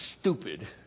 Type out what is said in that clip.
stupid